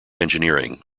engineering